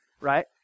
right